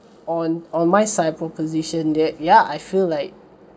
on on my side proposition that ya I feel like